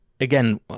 again